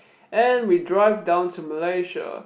and we drive down to Malaysia